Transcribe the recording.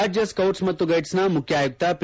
ರಾಜ್ಯ ಸ್ಕೌಟ್ಸ್ ಮತ್ತು ಗೈಡ್ಸ್ನ ಮುಖ್ಯ ಆಯುಕ್ತ ಪಿ